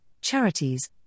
charities